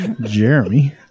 Jeremy